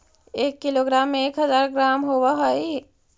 एक किलोग्राम में एक हज़ार ग्राम होव हई